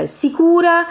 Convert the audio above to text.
sicura